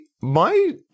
My-